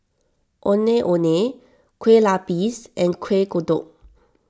Ondeh Ondeh Kueh Lapis and Kuih Kodok